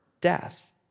death